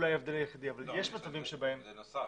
זה נוסף.